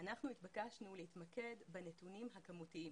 שאנחנו התבקשנו להתמקד בנתונים הכמותיים,